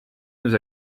nous